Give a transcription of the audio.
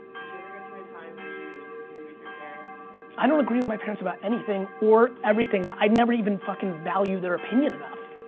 did you ever go through a time where you disagreed with your parents? i don't agree with my parents about anything or everything. i never even fucking value their opinion enough.